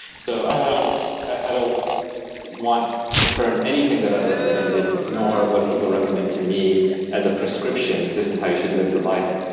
so i don't i don't want to turn anything that i've recommended, nor what people have recommended to me as a prescription this is how you should live your life.